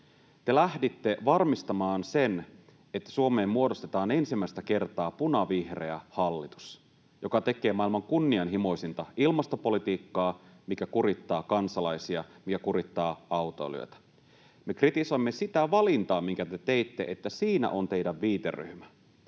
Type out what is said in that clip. te lähditte varmistamaan sen, että Suomeen muodostetaan ensimmäistä kertaa punavihreä hallitus, joka tekee maailman kunnianhimoisinta ilmastopolitiikkaa, mikä kurittaa kansalaisia ja kurittaa autoilijoita. Me kritisoimme sitä valintaa, minkä te teitte. Siinä on teidän viiteryhmänne.